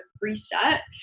reset